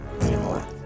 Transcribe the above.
anymore